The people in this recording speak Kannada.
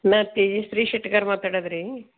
ನಾನು ತೇಜಶ್ರೀ ಶೆಟ್ಟಿಗಾರ್ ಮಾತಾಡೋದ್ ರೀ